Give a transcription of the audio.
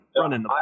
running